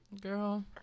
Girl